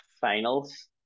finals